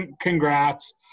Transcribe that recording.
congrats